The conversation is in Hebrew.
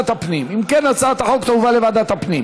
אם כן, הצעת החוק תועבר לוועדת הפנים.